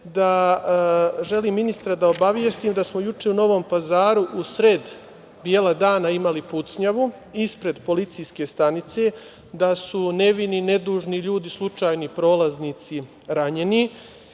da želim ministra da obavestim da smo juče u Novom Pazaru, usred bela dana imali pucnjavu ispred policijske stanice, da su nevini, nedužni ljudi, slučajni prolaznici, ranjeni.